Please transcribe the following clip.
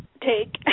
take